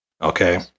Okay